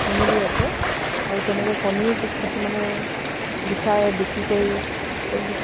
কণী দি আছে আৰু তেনেকৈ কণীও কিছুমানে বিচাৰে বিক্ৰী কৰি